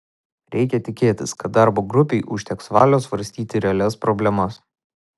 reikia tikėtis kad darbo grupei užteks valios svarstyti realias problemas